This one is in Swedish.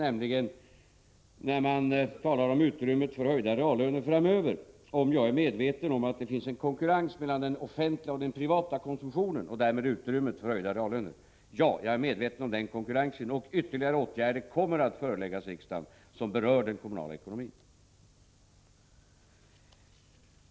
Den gällde utrymmet för höjda reallöner framöver och om jag är medveten om att det förekommer en konkurrens mellan den offentliga och den privata konsumtionen och därmed om utrymmet för höjda reallöner. Ja, jag är medveten om den konkurrensen, och ytterligare åtgärder vilka berör den kommunala ekonomin kommer att föreläggas riksdagen.